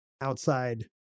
outside